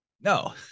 No